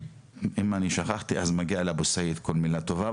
אם אני שכחתי אז מגיע לאבו סעיד כל מילה טובה.